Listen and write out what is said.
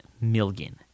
million